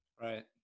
Right